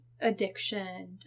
addiction